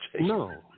no